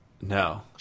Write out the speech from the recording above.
No